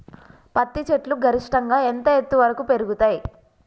పత్తి చెట్లు గరిష్టంగా ఎంత ఎత్తు వరకు పెరుగుతయ్?